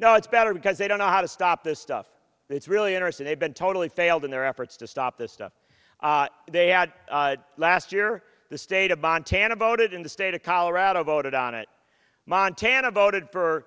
no it's better because they don't know how to stop this stuff it's really interesting they've been totally failed in their efforts to stop this stuff they had last year the state of montana voted in the state of colorado voted on it montana voted for